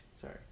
sorry